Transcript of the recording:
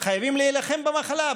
חייבים להילחם במחלה.